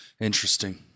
Interesting